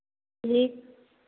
जी